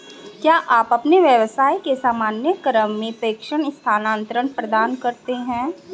क्या आप अपने व्यवसाय के सामान्य क्रम में प्रेषण स्थानान्तरण प्रदान करते हैं?